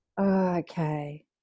Okay